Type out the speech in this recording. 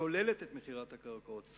שוללת את מכירת הקרקעות,